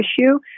issue